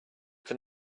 can